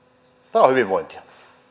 tämä on hyvinvointia